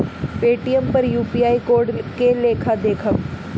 Paytm पर UPI code के लेखा देखम?